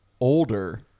older